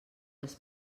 les